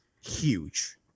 huge